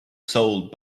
sold